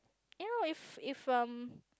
you know if if um